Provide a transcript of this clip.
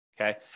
Okay